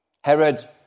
Herod